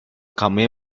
kami